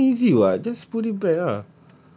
but chain easy [what] just put it back ah